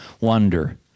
Wonder